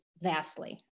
vastly